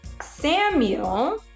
samuel